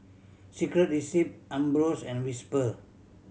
Secret Recipe Ambros and Whisper